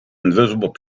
invisible